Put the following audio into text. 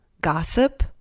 gossip